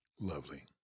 lovely